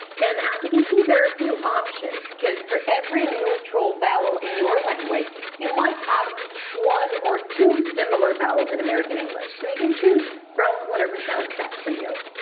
and as you can see there are a few options because for every neutral vowel in your language you might have one or two similar vowels in american english. so you can choose from whatever sounds best for you.